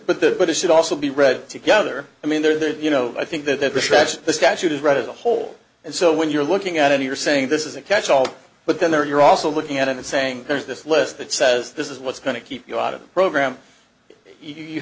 but the but it should also be read together i mean there's you know i think that the stretch the statute is read as a whole and so when you're looking at any you're saying this is a catch all but then there you're also looking at it and saying there's this list that says this is what's going to keep you out of the program you